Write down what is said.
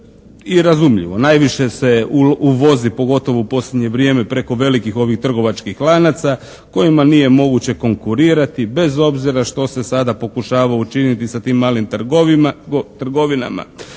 I razumljivo, najviše se uvozi, pogotovo u posljednje vrijeme preko velikih ovih trgovačkih lanaca kojima nije moguće konkurirati bez obzira što se sada pokušava učiniti sa tim malim trgovinama.